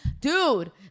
Dude